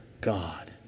God